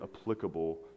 applicable